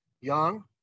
young